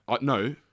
No